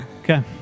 Okay